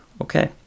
okay